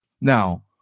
Now